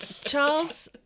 Charles